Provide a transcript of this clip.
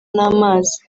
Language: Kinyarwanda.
n’amazi